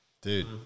dude